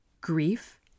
grief